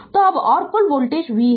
तो अब और कुल वोल्टेज v है